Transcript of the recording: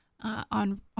on